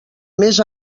més